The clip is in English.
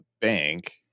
bank